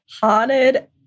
Haunted